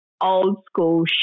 old-school